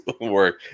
work